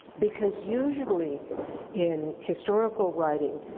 because usually in historical writing,